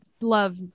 love